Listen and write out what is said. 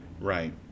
right